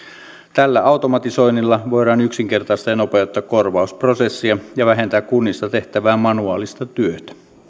tällä automatisoinnilla voidaan yksinkertaistaa ja nopeuttaa korvausprosessia ja vähentää kunnissa tehtävää manuaalista työtä